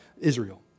Israel